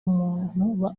umuntu